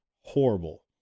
horrible